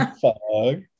fog